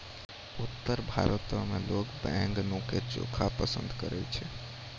उत्तर भारतो मे लोक बैंगनो के चोखा पसंद करै छै